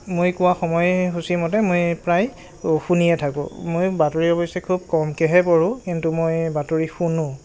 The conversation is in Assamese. মই কোৱা সময়সূচীমতে মই প্ৰায় শুনিয়ে থাকোঁ মই বাতৰি অৱশ্যে খুব কমকেহে পঢোঁ কিন্তু মই বাতৰি শুনো